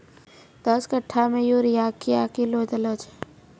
दस कट्ठा मे यूरिया क्या किलो देलो जाय?